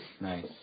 Nice